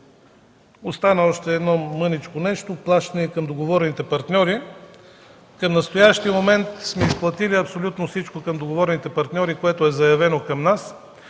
Остана още едно мъничко нещо – плащане към договорните партньори. Към настоящия момент сме изплатили абсолютно всичко към договорните партньори, което е заявено към нас.